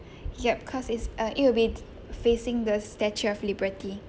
yup cause it's uh it will be facing the statue of liberty